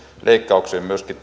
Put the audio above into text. leikkauksiin myöskin